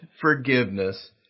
forgiveness